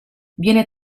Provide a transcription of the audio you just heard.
viene